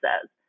says